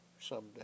someday